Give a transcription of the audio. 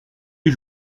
les